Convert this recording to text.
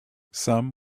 some